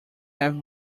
have